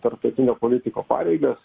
tarptautinio politiko pareigas